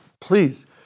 please